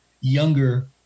younger